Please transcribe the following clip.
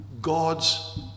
God's